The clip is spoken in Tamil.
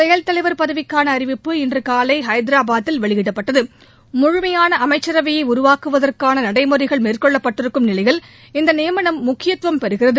செயல் தலைவர் பதவிக்கான அறிவிப்பு இன்று காலை ஹைதராபாத்தில் வெளியிடப்பட்டது முழுமையான அமைச்சரவையை உருவாக்குவதற்கான நடைமுறைகள் மேற்கொள்ளப்பட்டிருக்கும் நிலையில் இந்த நியமனம் முக்கியத்துவம் பெறுகிறது